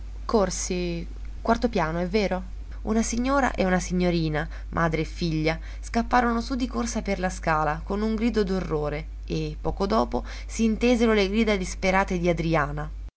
corsi quarto piano è vero una signora e una signorina madre e figlia scapparono su di corsa per la scala con un grido d'orrore e poco dopo s'intesero le grida disperate di adriana